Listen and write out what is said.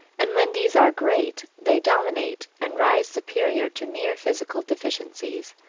and when these are great, they dominate and rise superior to mere physical deficiencies.